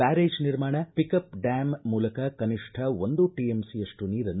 barrage ನಿರ್ಮಾಣ pickup dam ಮೂಲಕ ಕನಿಷ್ಠ ಒಂದು ಟಿಎಂಸಿಯಷ್ಟು ನೀರನ್ನು